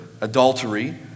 adultery